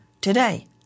today